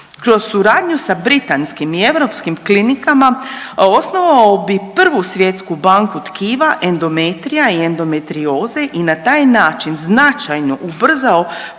kroz suradnju sa britanskim i europskim klinikama osnovao bi prvu svjetsku banku tkiva, endometrija i endometrioze i na taj način značajno ubrzao